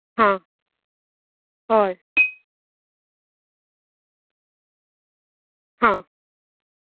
हां हय हां